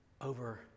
over